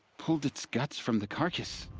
pulled its guts from the carcass.